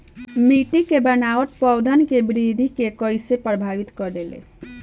मिट्टी के बनावट पौधन के वृद्धि के कइसे प्रभावित करे ले?